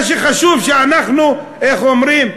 מה שחשוב זה שאנחנו, איך אומרים,